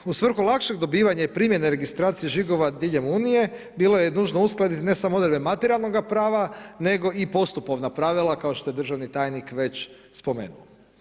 Dalje, u svrhu lakšeg dobivanja i primjene registracije žigova diljem Unije bilo je nužno uskladiti ne samo odredbe materijalnoga prava nego i postupovna pravila kao što je državni tajnik već spomenuo.